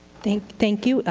thank thank you,